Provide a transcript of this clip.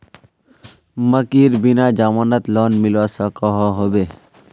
मकईर बिना जमानत लोन मिलवा सकोहो होबे?